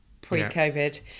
pre-covid